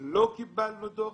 לא קיבלתם דוח.